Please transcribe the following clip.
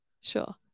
Sure